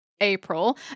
April